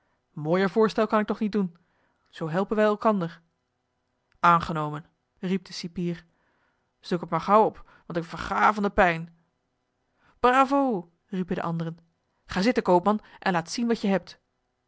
mooier voorstel kan ik toch niet doen zoo helpen wij elkander aangenomen riep de cipier zoek het maar gauw op want ik verga van de pijn bravo riepen de anderen ga zitten koopman en laat zien wat je hebt